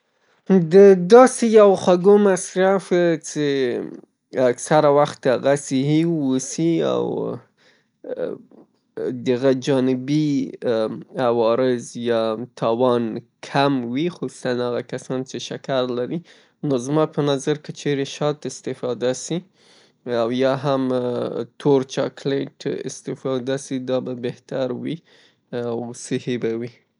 د داسې یو خوږو مصرف چه اکثره وخت هغه صحي واوسي او د هغه جانبي عوارض یا تاوان کم وي، خصوصاً هغه کسان چه شکر لري. نو زما په نظر که چیرې شات استفاده سي او یا هم تور چاکلیت استفاده سي، دا به بهتره وي، صحي به وي.